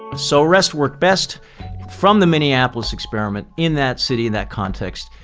so rest worked best from the minneapolis experiment in that city in that context.